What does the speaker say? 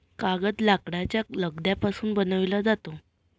कागद लाकडाच्या लगद्यापासून बनविला जातो